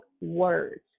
words